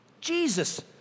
Jesus